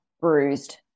bruised